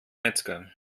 metzger